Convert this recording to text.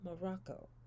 Morocco